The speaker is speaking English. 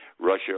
Russia